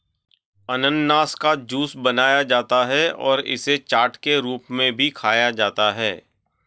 अनन्नास का जूस बनाया जाता है और इसे चाट के रूप में भी खाया जाता है